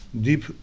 deep